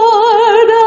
Lord